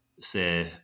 say